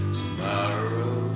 tomorrow